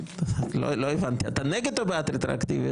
לא הבנתי אם אתה נגד או בעד הרטרואקטיביות.